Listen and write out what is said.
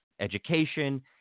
education